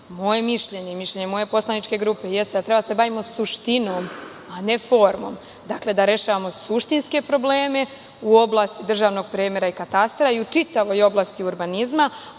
i mišljenje moje poslaničke grupe jeste da treba da se bavimo suštinom, a ne formom. Dakle, da rešavamo suštinske probleme u oblasti državnog premera i katastra i u čitavoj oblasti urbanizma,